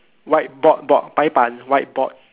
white board board 白板 white board